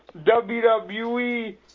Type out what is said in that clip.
wwe